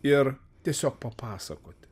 ir tiesiog papasakoti